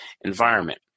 environment